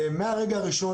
מהרגע הראשון,